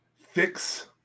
Fix